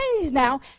now